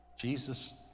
Jesus